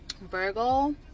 Virgo